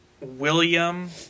William